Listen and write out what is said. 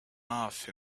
off